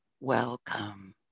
welcome